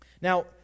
Now